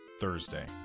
Thursday